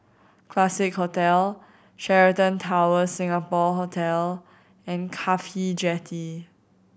Classique Hotel Sheraton Towers Singapore Hotel and CAFHI Jetty